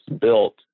built